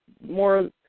more